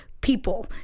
people